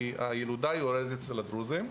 כי הילודה יורדת אצל הדרוזים,